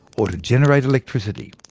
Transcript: or to generate electricity.